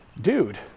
dude